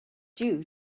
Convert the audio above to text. due